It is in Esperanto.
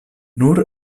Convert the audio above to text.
nur